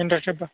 internship